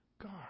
God